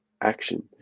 action